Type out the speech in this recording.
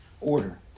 order